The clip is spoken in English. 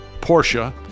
Porsche